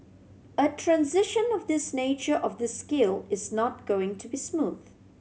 a transition of this nature of this scale is not going to be smooth